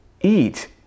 Eat